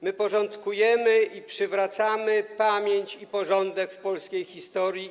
My porządkujemy i przywracamy pamięć i porządek w polskiej historii.